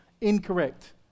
incorrect